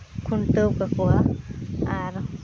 ᱠᱷᱩᱱᱴᱟᱹᱣ ᱠᱟᱠᱚᱣᱟ ᱟᱨ